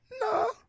No